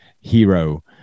hero